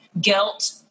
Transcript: guilt